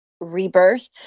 rebirth